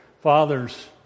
fathers